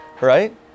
right